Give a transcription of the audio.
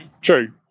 True